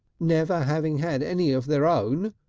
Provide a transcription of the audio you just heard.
never having had any of their own,